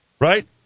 Right